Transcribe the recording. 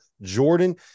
Jordan